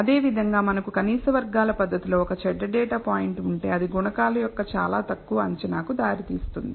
అదేవిధంగా మనకు కనీస వర్గాల పద్ధతిలో ఒక చెడ్డ డేటా పాయింట్ ఉంటే అది గుణకాల యొక్క చాలా తక్కువ అంచనాకు దారితీస్తుంది